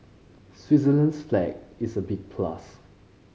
Switzerland's flag is a big plus